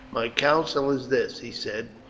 my counsel is this, he said,